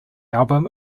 album